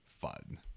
fun